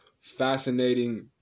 fascinating